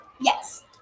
Yes